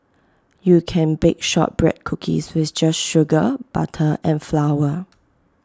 you can bake Shortbread Cookies with just sugar butter and flour